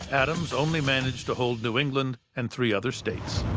adams only managed to hold new england and three other states.